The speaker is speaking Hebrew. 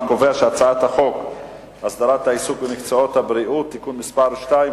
אני קובע שהצעת החוק הסדרת העיסוק במקצועות הבריאות (תיקון מס' 2),